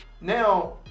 now